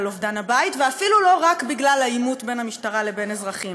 אובדן הבית ואפילו לא רק בגלל העימות בין המשטרה לבין אזרחים,